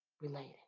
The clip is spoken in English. related